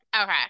okay